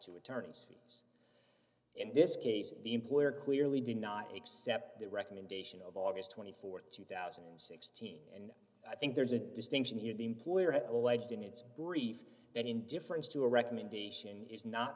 to attorney's fees in this case the employer clearly did not accept the recommendation of august th two thousand and sixteen and i think there's a distinction here the employer has alleged in its brief that indifference to a recommendation is not